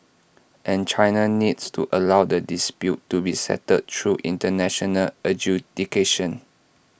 and China needs to allow the dispute to be settled through International adjudication